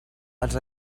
els